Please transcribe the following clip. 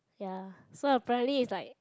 ya so apparently it's like